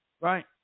right